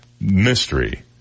mystery